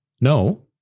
no